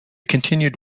continued